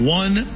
one